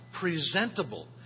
presentable